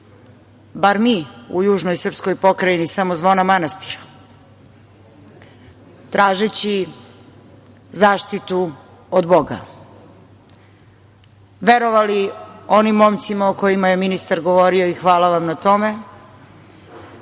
bar mi u južnoj srpskoj pokrajini, samo zvona manastira, tražeći zaštitu od Boga, verovali onim momcima o kojima je ministar govorio i hvala vam na tome